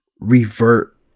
revert